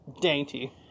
dainty